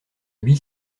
huit